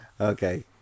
okay